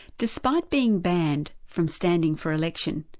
despite being banned from standing for election,